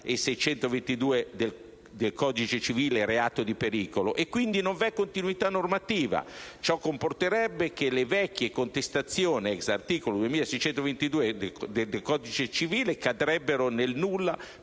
2622 del medesimo codice (reato di pericolo) e quindi non v'è continuità normativa. Ciò comporterebbe che le vecchie contestazioni *ex* articolo 2622 del codice civile cadrebbero nel nulla